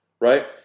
Right